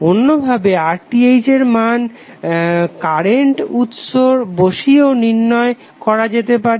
অন্যভাবে RTh এর মান কারেন্ট উৎস বসিয়েও নির্ণয় করা যেতে পারে